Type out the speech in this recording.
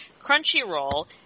Crunchyroll